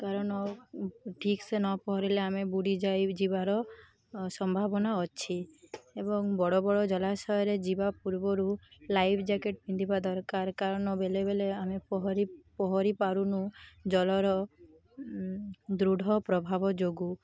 କାରଣ ଠିକ୍ସେ ନ ପହଁରିଲେ ଆମେ ବୁଡ଼ି ଯାଇ ଯିବାର ସମ୍ଭାବନା ଅଛି ଏବଂ ବଡ଼ ବଡ଼ ଜଳାଶୟରେ ଯିବା ପୂର୍ବରୁ ଲାଇଫ୍ ଜ୍ୟାକେଟ୍ ପିନ୍ଧିବା ଦରକାର କାରଣ ବେଳେ ବେଳେ ଆମେ ପହଁରି ପହଁରି ପାରୁନୁ ଜଳର ଦୃଢ଼ ପ୍ରଭାବ ଯୋଗୁଁ